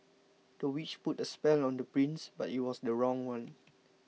the witch put a spell on the prince but it was the wrong one